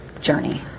journey